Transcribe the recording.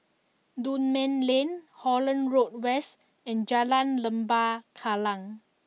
Dunman Lane Holland Road West and Jalan Lembah Kallang